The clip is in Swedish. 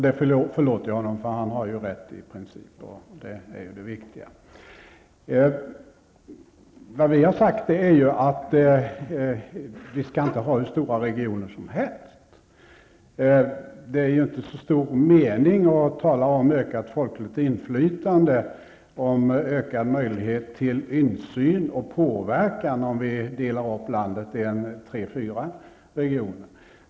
Det förlåter jag honom, för han har ju rätt i princip, och det är ju det viktiga. Vad vi har sagt är att vi inte skall ha hur stora regioner som helst. Det är ju inte så stor mening med att tala om ökat folkligt inflytande, ökad möjlighet till insyn och påverkan, om vi delar upp landet i tre fyra regioner.